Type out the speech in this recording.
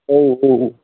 औ औ